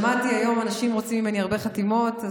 שמעתי היום, שאנשים רוצים ממני הרבה חתימות.